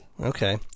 Okay